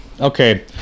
Okay